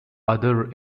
other